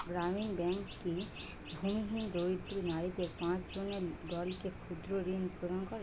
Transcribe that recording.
গ্রামীণ ব্যাংক কি ভূমিহীন দরিদ্র নারীদের পাঁচজনের দলকে ক্ষুদ্রঋণ প্রদান করে?